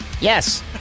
Yes